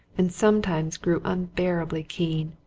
and sometimes grew unbearably keen,